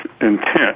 intent